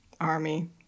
ARMY